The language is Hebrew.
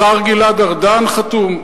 השר גלעד ארדן חתום.